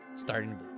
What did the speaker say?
starting